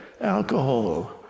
alcohol